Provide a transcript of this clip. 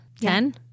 ten